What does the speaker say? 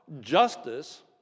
justice